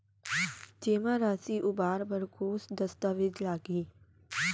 जेमा राशि उबार बर कोस दस्तावेज़ लागही?